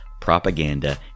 propaganda